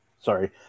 sorry